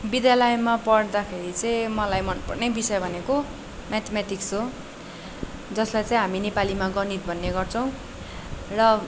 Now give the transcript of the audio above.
विद्यालयमा पढ्दाखेरि चाहिँ मलाई मनपर्ने विषय भनेको म्याथमेटिक्स हो जसलाई चाहिँ हामी नेपालीमा गणित भन्ने गर्छौँ र